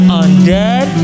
undead